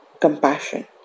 compassion